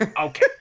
okay